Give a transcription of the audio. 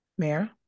Mayor